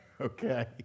okay